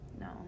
No